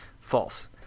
False